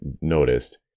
noticed